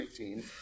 18